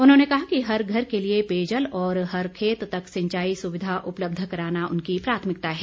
उन्होंने कहा कि हर घर के लिए पेयजल और हर खेत तक सिंचाई सुविधा उपलब्ध कराना उनकी प्राथमिकता है